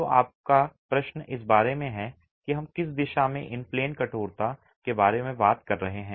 तो आपका प्रश्न इस बारे में है कि हम किस दिशा में इन प्लेन कठोरता के बारे में बात कर रहे हैं